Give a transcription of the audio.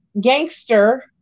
gangster